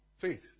Faith